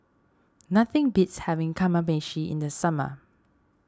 nothing beats having Kamameshi in the summer